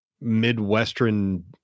midwestern